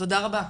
תודה רבה.